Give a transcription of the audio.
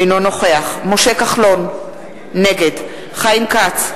אינו נוכח משה כחלון, נגד חיים כץ,